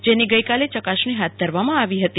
જેની ગઈકાલે ચકાસણી હાથ ધરવામા આવી હતી